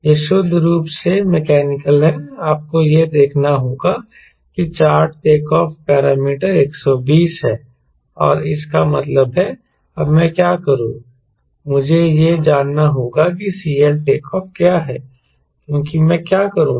यह शुद्ध रूप से मैकेनिकल है आपको यह देखना होगा कि चार्ट टेकऑफ़ पैरामीटर 120 है और इसका मतलब है अब मैं क्या करूँ मुझे यह जानना होगा कि CLTO क्या है क्योंकि मैं क्या करूँगा